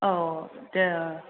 औ